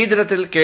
ഈ ദിനത്തിൽ കെ